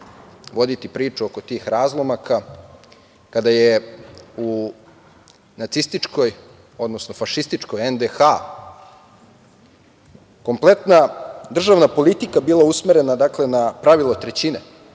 voditi priču oko tih razlomaka kada je u nacističkoj, odnosno fašističkoj NDH kompletna državna politika bila usmerena na pravilo trećine